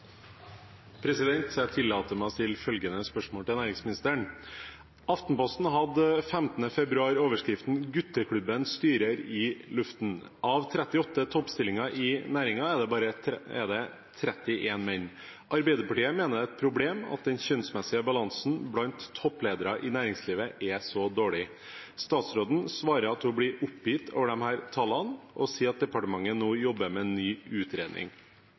næringsministeren: «Aftenposten hadde 15. februar overskriften «Gutteklubben styrer i luften». Av 38 toppstillinger i næringen er det 31 menn. Arbeiderpartiet mener det er et problem at den kjønnsmessige balansen blant toppledere i næringslivet er så dårlig. Statsråden svarer at hun blir oppgitt over disse siste tallene, og hun sier at departementet nå jobber med en ny utredning.